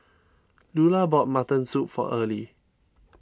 Lula bought Mutton Soup for Earlie